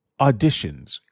auditions